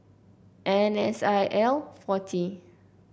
N S I L forty